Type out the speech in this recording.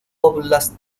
óblast